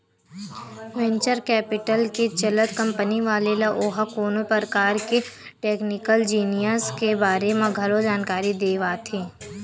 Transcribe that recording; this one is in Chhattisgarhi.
वेंचर कैपिटल के चलत कंपनी वाले ल ओहा कोनो परकार के टेक्निकल जिनिस के बारे म घलो जानकारी देवाथे